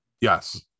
Yes